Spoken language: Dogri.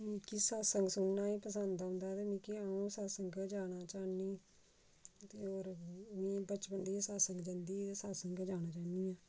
मिगी सतसंग सुनना गै पसंद औंदा ते मिगी अ'ऊं सतसंग गै जाना चाहन्नी ते होर मि बचपन बिच्च सतसंग जंदी ही ते सतसंग गै जाना चाह्न्नी आं